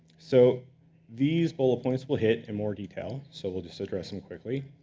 so these bullet points we'll hit in more detail, so we'll just address them quickly.